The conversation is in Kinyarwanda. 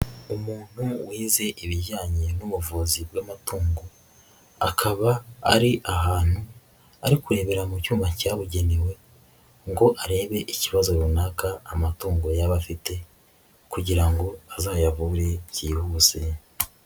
Umuntu wize ibijyanye n'ubuvuzi bw'amatungo, akaba ari ahantu ari kurebera mu cyuma cyabugenewe ngo arebe ikibazo runaka amatungo yaba afite kugira ngo azayavure byihuse.